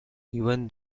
even